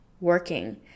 working